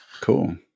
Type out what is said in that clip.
Cool